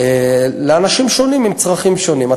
לאנשים שונים עם צרכים שונים.